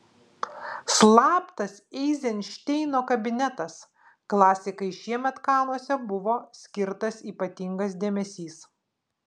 slaptas eizenšteino kabinetas klasikai šiemet kanuose buvo skirtas ypatingas dėmesys